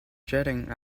jetting